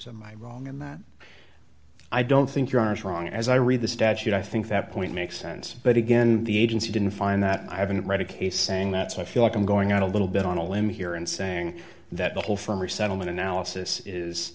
i wrong in that i don't think you're wrong as i read the statute i think that point makes sense but again the agency didn't find that i haven't read a case saying that so i feel like i'm going out a little bit on a limb here and saying that the whole former settlement analysis is